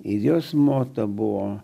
ir jos moto buvo